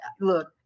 look